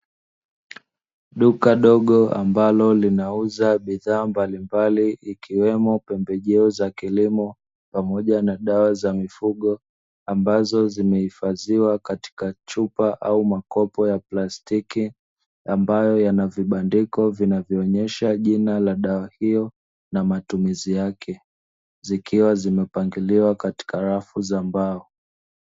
Duka dogo ambalo linauza bidhaa mbalimbali ikiwemo; pembejeo za kilimo, pamoja na dawa za mifugo ambazo zimehifadhiwa katika chupa au makopo ya plastiki, ambayo yana vibandiko vinavyoonyesha jina la dawa hiyo na matumizi yake, zikiwa zimepangiliwa katika rafu za mbao.